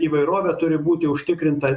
įvairovė turi būti užtikrinta